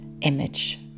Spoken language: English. image